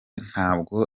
ntabwo